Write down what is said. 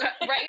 Right